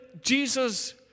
Jesus